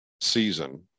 season